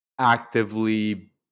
actively